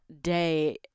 day